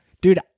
dude